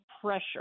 pressure